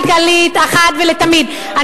כלכלית אחת ולתמיד.